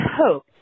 hope